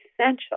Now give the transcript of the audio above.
essential